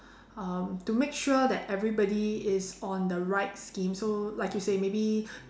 um to make sure that everybody is on the right scheme so like you say maybe